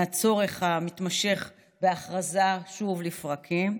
מהצורך התמשך בהכרזה שוב לפרקים.